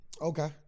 Okay